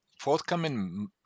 forthcoming